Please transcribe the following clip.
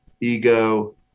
Ego